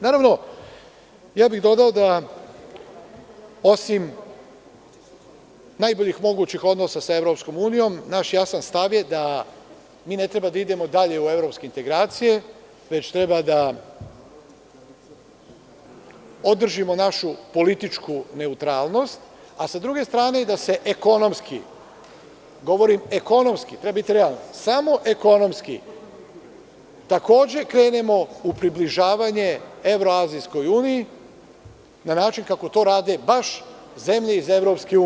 Naravno, ja bih dodao da osim najboljih mogućih odnosa sa EU, naš jasan stav je da mi ne treba da idemo dalje u evropske integracije, već treba da održimo našu političku neutralnost, a s druge strane i da ekonomski, samo ekonomski, treba biti realan, takođe krenemo u približavanje Evro-azijskoj uniji, na način kako to rade baš zemlje iz EU.